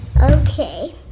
Okay